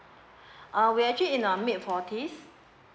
uh we actually in uh mid forties